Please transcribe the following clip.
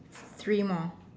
three more